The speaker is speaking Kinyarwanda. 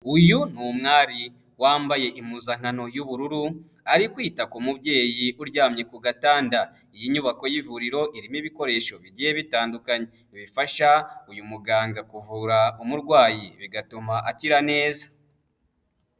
Uyu ni umwari wambaye impuzankano y'ubururu, ari kwita ku mubyeyi uryamye ku gatanda, iyi nyubako y'ivuriro irimo ibikoresho bigiye bitandukanye bifasha uyu muganga kuvura umurwayi bigatuma akira neza.